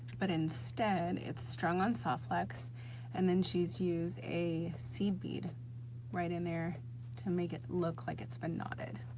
but instead it's strung on soft flex and then she's used a seed bead right in there to make it look like it's been knotted.